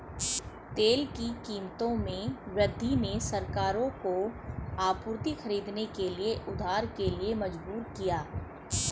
तेल की कीमतों में वृद्धि ने सरकारों को आपूर्ति खरीदने के लिए उधार के लिए मजबूर किया